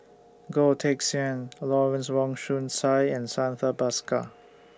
Goh Teck Sian Lawrence Wong Shyun Tsai and Santha Bhaskar